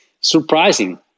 surprising